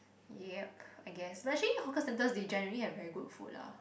yep I guess but actually hawker center they generally have very good food lah